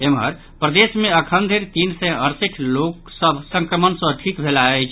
एम्हर प्रदेश मे अखन धरि तीन सय अरसठि लोक सभ संक्रमण सँ ठीक भेलाह अछि